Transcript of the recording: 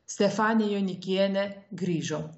stefanija jonikienė grįžo